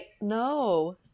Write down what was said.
no